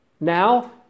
Now